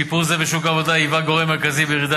שיפור זה בכוח העבודה היווה גורם מרכזי בירידת